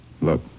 Look